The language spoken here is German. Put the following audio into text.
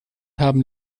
haben